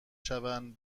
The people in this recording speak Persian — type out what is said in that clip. شوند